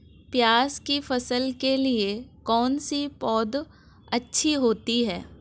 प्याज़ की फसल के लिए कौनसी पौद अच्छी होती है?